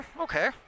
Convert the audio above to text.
Okay